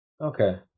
Okay